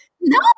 no